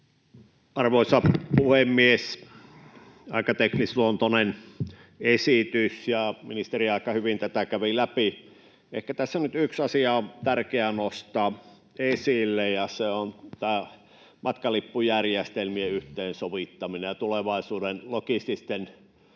Arvoisa puhemies! Aika teknisluontoinen esitys, ja ministeri aika hyvin tätä kävi läpi. Ehkä tässä nyt yksi asia on tärkeää nostaa esille, ja se on tämä matkalippujärjestelmien yhteensovittaminen ja tulevaisuuden logististen